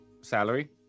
salary